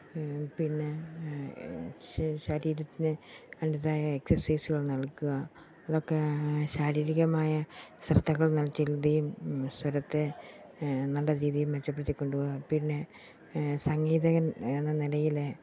പിന്നെ ശരീരത്തിന് നല്ലതായ എക്സർസൈസുകൾ നൽകുക അതൊക്കെ ശാരീരികമായ ശ്രദ്ധകൾ നൽ ചെലുത്തുകയും സ്വരത്തെ നല്ല രീതിയിൽ മെച്ചപ്പെടുത്തിക്കൊണ്ട് പോകാം പിന്നെ സംഗീതകൻ എന്ന നിലയിൽ